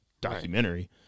documentary